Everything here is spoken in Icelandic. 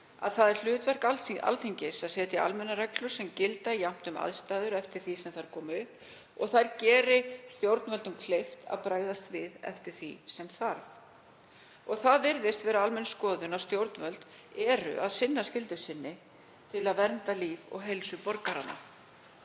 að það er hlutverk Alþingis að setja almennar reglur sem gilda um aðstæður eftir því sem þær koma upp og gera stjórnvöldum kleift að bregðast við eftir því sem þarf. Það virðist vera almenn skoðun að stjórnvöld séu að sinna skyldu sinni til að vernda líf og heilsu borgaranna.